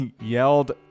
yelled